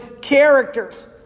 characters